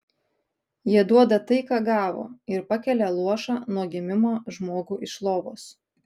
jie duoda tai ką gavo ir pakelia luošą nuo gimimo žmogų iš lovos